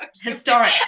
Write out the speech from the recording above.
Historic